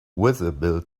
visible